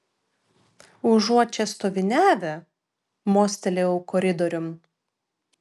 užuot čia stoviniavę mostelėjau koridoriun